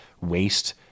waste